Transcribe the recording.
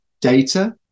data